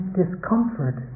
discomfort